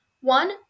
One